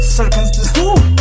circumstances